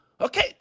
Okay